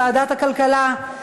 ותוכנס לספר החוקים,